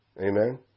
Amen